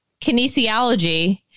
kinesiology